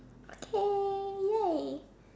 okay ya